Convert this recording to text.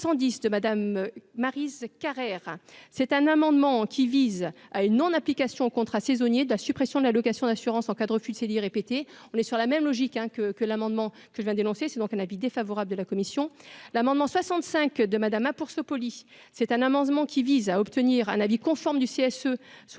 l'amendement 110 de Madame Maryse Carrère c'est un amendement qui vise à une non application contrat saisonnier de la suppression de l'allocation d'assurance en cas de refus de ces 10 répéter, on est sur la même logique, hein, que que l'amendement que je viens d'énoncer c'est donc un avis défavorable de la commission, l'amendement 65 de Madame hein, pour se c'est un amendement qui vise à obtenir un avis conforme du CSE sur